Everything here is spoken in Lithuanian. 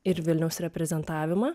ir vilniaus reprezentavimą